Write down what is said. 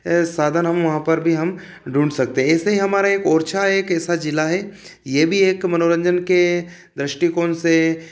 साधन हम वहाँ पर भी हम ढूँढ सकते हैं ऐसा ही हमारा एक ओरछा एक ऐसा जिला है यह भी एक मनोरंजन के दृष्टिकोण से